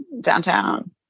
downtown